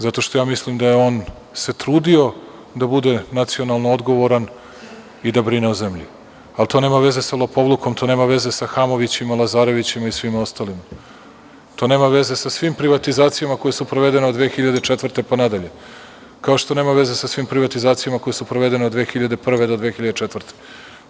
Zato što ja mislim da se on trudio da bude nacionalno odgovoran i da brine o zemlji, ali to nema veze sa lopovlukom, to nema veze sa Hamovićem, Lazarevićem i sa svima ostalima, to nema veze sa svim privatizacijama koje su provedene od 2004. godine pa nadalje, kao što nema veze sa svim privatizacijama koje su provedene od 2001. do 2004. godine.